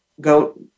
go